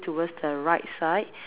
towards the right side